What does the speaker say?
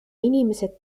inimesed